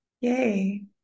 Yay